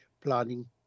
planning